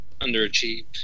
underachieved